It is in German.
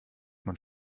man